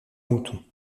mouton